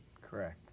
Correct